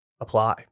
Apply